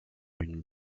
une